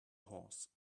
horse